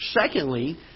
Secondly